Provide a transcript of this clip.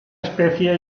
especie